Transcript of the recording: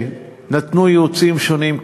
שנתנו ייעוצים שונים,